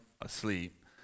asleep